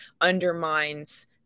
undermines